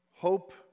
hope